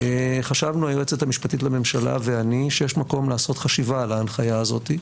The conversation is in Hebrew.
חשבנו היועצת המשפטית ואני שיש מקום לעשות חשיבה על ההנחיה הזאת.